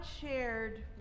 shared